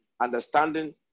understanding